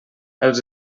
els